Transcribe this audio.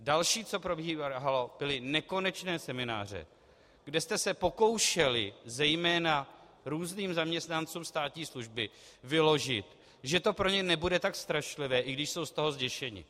Další, co probíhalo, byly nekonečné semináře, kde jste se pokoušeli zejména různým zaměstnancům státní služby vyložit, že to pro ně nebude tak strašlivé, i když jsou z toho zděšeni.